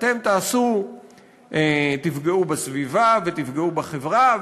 אתם תפגעו בסביבה ותפגעו בחברה,